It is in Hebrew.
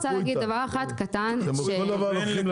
כל דבר אתם לוקחים ללב.